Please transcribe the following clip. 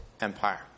empire